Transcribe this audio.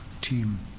team